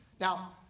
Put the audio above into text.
Now